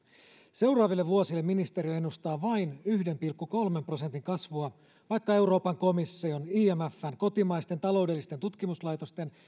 seuraaville vuosille ministeriö ennustaa vain yhden pilkku kolmen prosentin kasvua vaikka euroopan komission imfn kotimaisten taloudellisten tutkimuslaitosten